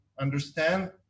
understand